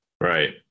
Right